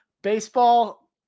Baseball